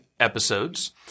episodes